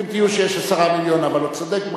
אולי, כפי שהציע חבר הכנסת אורלב, לא צריך את זה.